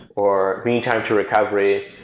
or needing time to recovery,